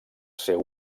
seu